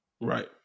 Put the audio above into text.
Right